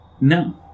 No